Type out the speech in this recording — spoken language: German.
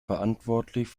verantwortlich